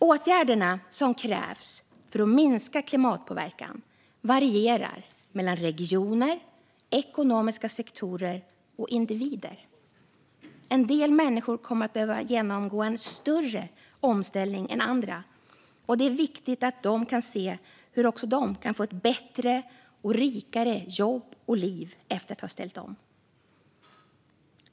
Åtgärderna som krävs för att minska klimatpåverkan varierar mellan regioner, ekonomiska sektorer och individer. En del människor kommer att behöva genomgå en större omställning än andra, och det är viktigt att de kan se hur också de kan få bättre och rikare jobb och liv efter att de har ställt om.